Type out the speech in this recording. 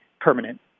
permanent